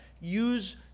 Use